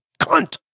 cunt